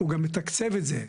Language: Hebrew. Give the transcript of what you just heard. הוא גם מתקצב את זה,